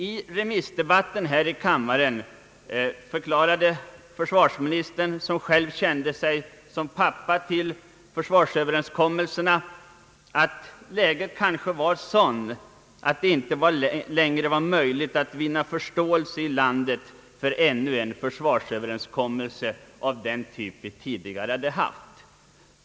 I årets remissdebatt här i kamma ren förklarade försvarsministern, som själv kände sig som pappa till försvarsöverenskommelserna, att läget senast kanske var sådant att det inte längre var möjligt att vinna förståelse i landet för ännu en försvarsöverenskommelse av den typ vi tidigare haft.